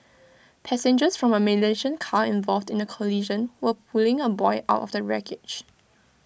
passengers from A Malaysian car involved the collision were pulling A boy out of the wreckage